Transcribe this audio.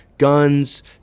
guns